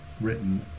written